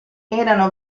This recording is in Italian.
erano